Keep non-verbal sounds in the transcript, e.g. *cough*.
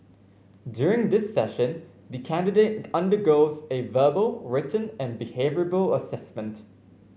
during this session the candidate *noise* undergoes a verbal written and behavioural assessment